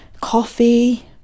coffee